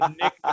Nick